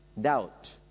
Doubt